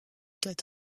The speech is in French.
doit